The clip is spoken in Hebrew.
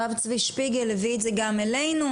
הרב צבי שפיגל הביא את זה גם אלינו,